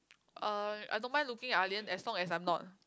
uh I don't mind looking ah lian as long as I'm not